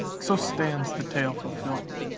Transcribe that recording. so stands the tale fulfilled.